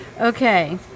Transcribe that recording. okay